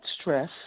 stress